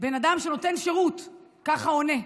בן אדם שנותן שירות ככה עונה?